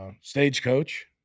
Stagecoach